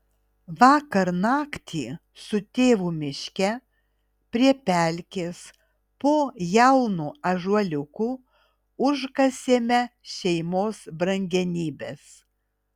vakar naktį su tėvu miške prie pelkės po jaunu ąžuoliuku užkasėme šeimos brangenybes